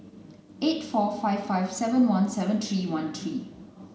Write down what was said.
eight four five five seven one seven three one three